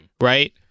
Right